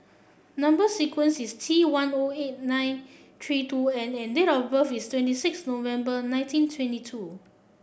number sequence is T one O eight nine three two N and date of birth is twenty six November nineteen twenty two